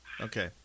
Okay